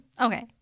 Okay